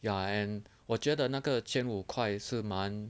ya and 我觉得那个千五块是蛮